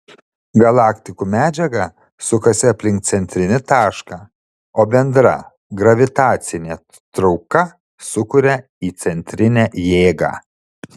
galaktikų medžiaga sukasi aplink centrinį tašką o bendra gravitacinė trauka sukuria įcentrinę jėgą